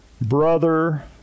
brother